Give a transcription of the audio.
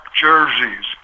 jerseys